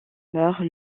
meurt